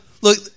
Look